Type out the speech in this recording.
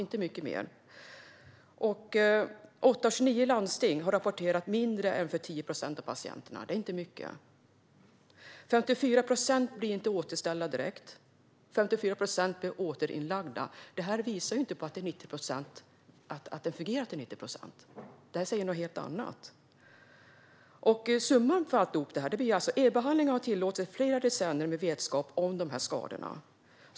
Åtta av 29 landsting har rapporterat att det görs för mindre än 10 procent av patienterna. 54 procent blir inte återställda direkt. 54 procent blir återinlagda. Detta visar inte att det fungerar till 90 procent. Detta säger något helt annat. Summan av allt detta blir: Elbehandlingar har tillåtits i flera decennier med vetskap om dessa skador.